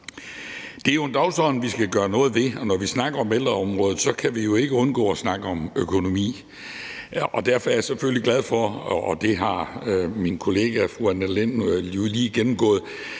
Det er jo en dagsorden, vi skal gøre noget ved, og når vi snakker om ældreområdet, kan vi jo ikke undgå at snakke om økonomi. Derfor er jeg selvfølgelig glad for, og det har min kollega fru Annette Lind jo lige gennemgået,